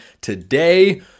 today